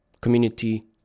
community